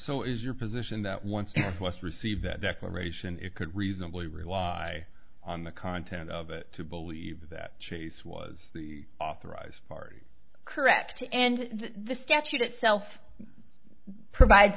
is your position that once your plus received that declaration it could reasonably rely on the content of it to believe that chase was the authorized party correct and the statute itself provides